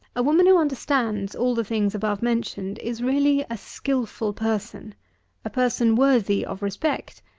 a woman who understands all the things above mentioned, is really a skilful person a person worthy of respect,